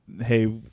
hey